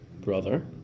brother